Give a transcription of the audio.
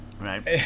right